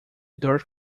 dirk